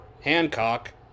Hancock